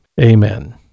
amen